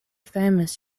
famous